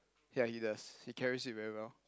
ya he does he carries it very well